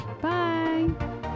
Bye